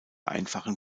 einfachen